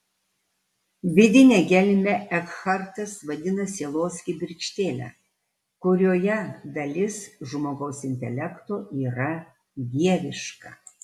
vidinę gelmę ekhartas vadina sielos kibirkštėle kurioje dalis žmogaus intelekto yra dieviška